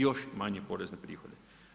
Još manje porezne prihode.